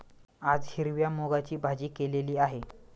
आज हिरव्या मूगाची भाजी केलेली आहे